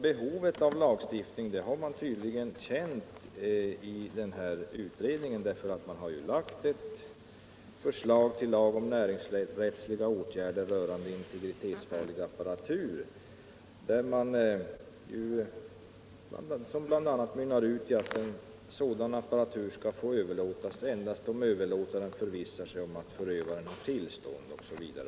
Behovet av lagstiftning har man tydligen känt i utredningen, där man har lagt fram förslag till lag om näringsrättsliga åtgärder rörande integritetsfarlig apparatur. Förslaget mynnar bl.a. ut i att sådan apparatur endast skall få överlåtas om överlåtaren förvissar sig om att mottagaren har tillstånd osv.